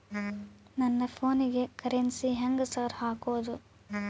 ನನ್ ಫೋನಿಗೆ ಕರೆನ್ಸಿ ಹೆಂಗ್ ಸಾರ್ ಹಾಕೋದ್?